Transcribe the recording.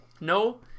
No